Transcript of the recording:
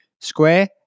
square